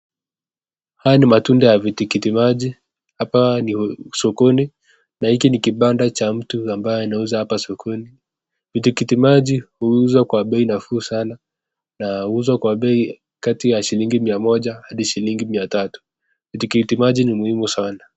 Haya ni matunda ya vitikiti maji. Hapa ni sokoni, na hiki ni kibanda cha mtu ambaye anaauza hapa sokoni. Vitikiti maji huuzwa kwa bei nafuu sanaa, na huuzwa kwa bei kati ya shilingi mia moja hadi shilingi mia tatu. Vitikiti maji ni muhimu sana.